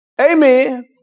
Amen